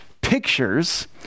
pictures